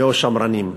ניאו-שמרנים,